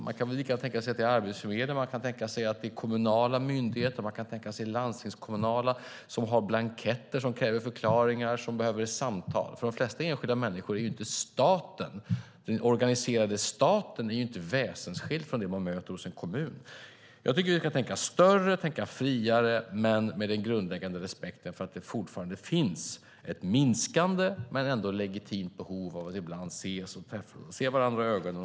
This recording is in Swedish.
Man kan väl tänka sig att det också gäller Arbetsförmedlingen och kommunala och landstingskommunala myndigheter som har blanketter som kräver förklaringar vid samtal. För de allra flesta människor är ju inte den organiserade staten väsensskild från det man möter hos en kommun. Jag tycker att vi ska tänka större och friare, men med en grundläggande respekt för att det fortfarande finns ett minskande men legitimt behov av att ibland träffas och se varandra i ögonen.